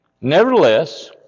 Nevertheless